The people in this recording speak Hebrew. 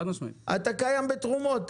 אתה קיים מתרומות.